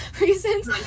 reasons